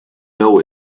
know